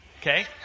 okay